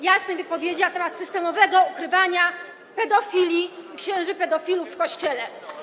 Jasnej wypowiedzi na temat systemowego ukrywania pedofilii, księży pedofilów w Kościele.